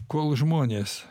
kol žmonės